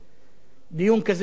דיון כזה יתקיים בקרוב,